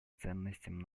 ценностям